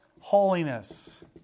holiness